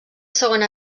segona